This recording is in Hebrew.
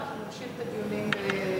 אנחנו נמשיך את הדיון בנושא.